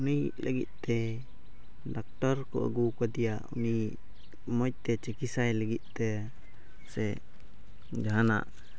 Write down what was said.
ᱩᱱᱤ ᱞᱟᱹᱜᱤᱫ ᱛᱮ ᱰᱟᱠᱛᱟᱨ ᱠᱚ ᱟᱹᱜᱩ ᱠᱟᱫᱮᱭᱟ ᱩᱱᱤ ᱢᱚᱡᱽ ᱛᱮ ᱪᱤᱠᱤᱛᱥᱟᱭᱮ ᱞᱟᱹᱜᱤᱫ ᱛᱮ ᱥᱮ ᱡᱟᱦᱟᱱᱟᱜ